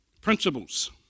Principles